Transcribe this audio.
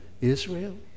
Israel